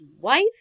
wife